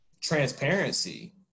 transparency